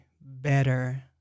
better